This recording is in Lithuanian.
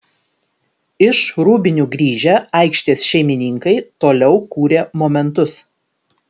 iš rūbinių grįžę aikštės šeimininkai toliau kūrė momentus